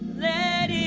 that